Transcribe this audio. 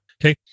Okay